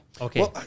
Okay